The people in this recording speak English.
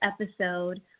episode